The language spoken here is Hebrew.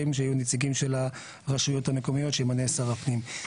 שיהיו נציגים של הרשויות המקומיות שימנה שר הפנים.